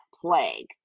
plague